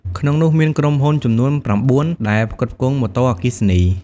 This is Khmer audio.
ក្នុងនោះ មានក្រុមហ៊ុនចំនួន ៩ ដែលផ្គត់ផ្គង់ម៉ូតូ អគ្គិសនី។